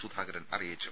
സുധാകരൻ അറിയിച്ചു